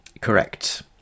correct